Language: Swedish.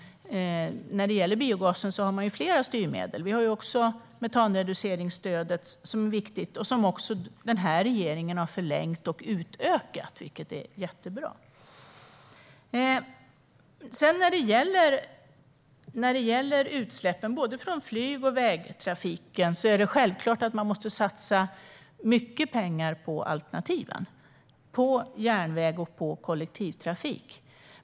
När det gäller biogasen har man flera styrmedel. Vi har också metanreduceringsstödet, som är viktigt, och som den här regeringen har förlängt och utökat. Det är jättebra. När det gäller utsläppen från både flyg och vägtrafiken måste man självklart satsa mycket pengar på alternativen - på järnväg och på kollektivtrafik.